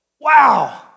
Wow